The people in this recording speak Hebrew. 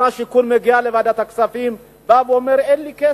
שר השיכון מגיע לוועדת הכספים, אומר: אין לי כסף,